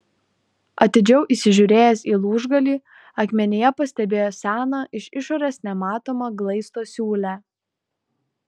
atidžiau įsižiūrėjęs į lūžgalį akmenyje pastebėjo seną iš išorės nematomą glaisto siūlę